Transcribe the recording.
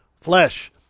flesh